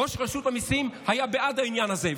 ראש רשות המיסים היה בעד העניין הזה,